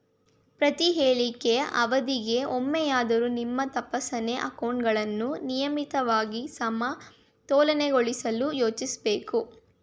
ಪ್ರತಿಹೇಳಿಕೆ ಅವಧಿಗೆ ಒಮ್ಮೆಯಾದ್ರೂ ನಿಮ್ಮ ತಪಾಸಣೆ ಅಕೌಂಟ್ಗಳನ್ನ ನಿಯಮಿತವಾಗಿ ಸಮತೋಲನಗೊಳಿಸಲು ಯೋಚಿಸ್ಬೇಕು